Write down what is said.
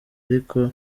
ariko